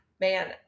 man